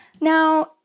now